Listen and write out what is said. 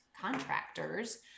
contractors